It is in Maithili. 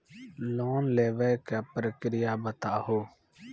लोन लेवे के प्रक्रिया बताहू?